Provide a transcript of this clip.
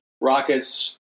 rockets